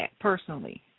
personally